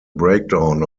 breakdown